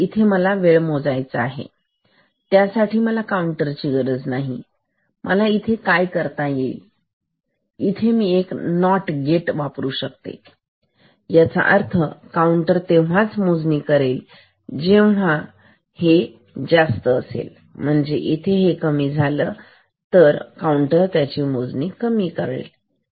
तरी इथे मला वेळ मोजण्यासाठी काऊंटर ची गरज नाही तर इथे मी काय करू शकते इथे मी एक नॉट गेट करून वापरू शकतेयाचा अर्थ काऊंटर तेव्हाच मोजणी करेल जेव्हा इथे हे जास्त असेल म्हणजे इथे हे कमी आहे तेव्हा काऊंटर त्याची मोजणी करेल